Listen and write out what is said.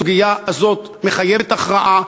הסוגיה הזאת מחייבת הכרעה,